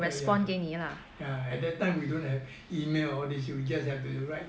ya at that time we don't have email all this you just have to write